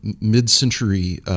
mid-century